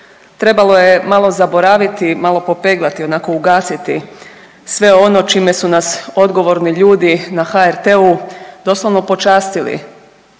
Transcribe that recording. Trebalo je malo zaboraviti, malo popeglati onako ugasiti sve ono čime su nas odgovorni ljudi na HRT-u doslovno počastili